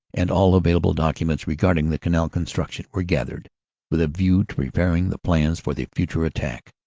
and all available documents regarding the canal construction were gathered with a view to preparing the plans for the future attack.